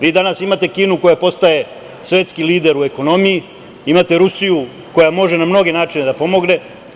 Vi danas imate Kinu koja postaje svetski lider u ekonomiji, imate Rusiju koja može na mnoge načine da pomogne.